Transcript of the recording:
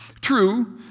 True